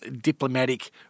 diplomatic